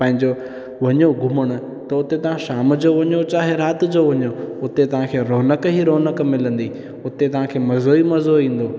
पंहिंजो वञो घुमण त हुते तां शाम जो वञो चाहे राति जो वञो उते तव्हांखे रौनक इ रौनक मिलंदी हुते तव्हांखे मज़ो ई मज़ो ईंदो